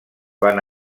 van